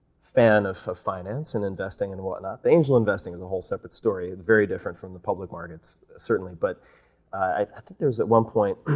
fan of of finance and investing and whatnot. the angel investing is a whole separate story, very different from the public markets, certainly. but i think there was ah one point